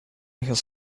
his